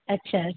अच्छा अच्छा